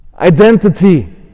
Identity